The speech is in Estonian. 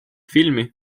filmi